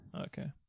Okay